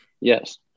yes